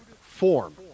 form